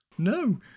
no